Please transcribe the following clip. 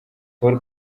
paul